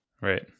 Right